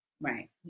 right